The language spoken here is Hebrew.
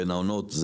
בין העונות.